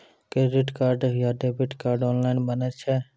Credit card या debit card online बनै छै?